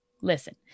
Listen